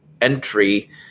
entry